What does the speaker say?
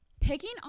picking